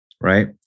right